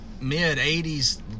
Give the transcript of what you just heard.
mid-80s